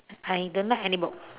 I don't like any books